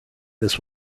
this